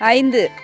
ஐந்து